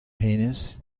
hennezh